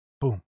Boom